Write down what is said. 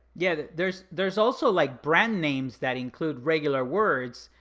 yeah. there's there's also like brand names that include regular words.